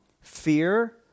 fear